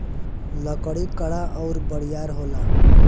लकड़ी कड़ा अउर बरियार होला